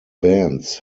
bands